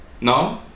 No